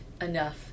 enough